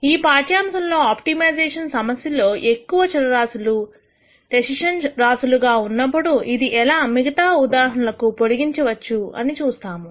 ఈ పాఠ్యాంశంలో ఆప్టిమైజేషన్ సమస్య లో ఎక్కువ చరరాశులు డిసిషన్ రాశులు గా ఉన్నప్పుడు ఇది ఎలా మిగతా ఉదాహరణ లకు పొడిగించవచ్చు అని చూస్తాము